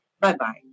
Bye-bye